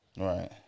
right